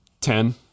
Ten